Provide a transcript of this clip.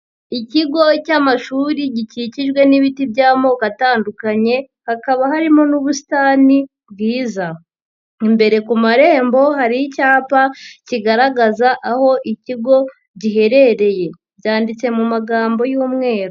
Ikigo cy'amashuri gikikijwe n'ibiti by'amoko atandukanye, hakaba harimo n'ubusitani bwiza, imbere ku marembo hari icyapa kigaragaza aho ikigo giherereye, byanditse mu magambo y'umweru.